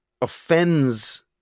offends